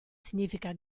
significa